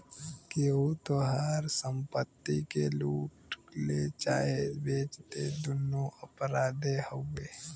केहू तोहार संपत्ति के लूट ले चाहे बेच दे दुन्नो अपराधे हउवे